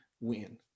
win